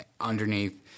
underneath